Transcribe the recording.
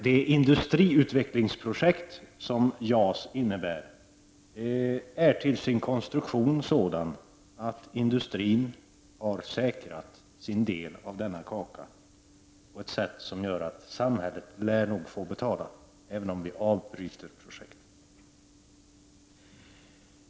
Det industriutvecklingsprojekt som JAS innebär är till sin konstruktion sådant att industrin säkrat sin del av denna kaka på ett sätt som gör att samhället får betala, även om vi avbryter projektet.